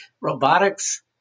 Robotics